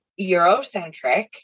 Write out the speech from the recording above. Eurocentric